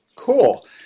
Cool